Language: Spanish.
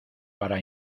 para